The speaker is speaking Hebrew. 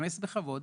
להתפרנס בכבוד